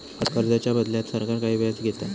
कर्जाच्या बदल्यात सरकार काही व्याज घेता